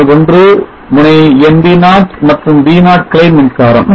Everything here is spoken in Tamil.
முனை 1 முனை nvo மற்றும் V0 கிளை மின்சாரம்